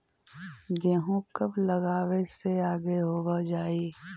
गेहूं कब लगावे से आगे हो जाई?